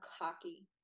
cocky